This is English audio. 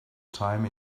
time